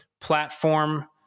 platform